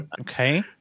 Okay